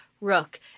Rook